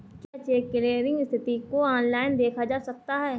क्या check clearing स्थिति को ऑनलाइन देखा जा सकता है?